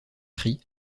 cri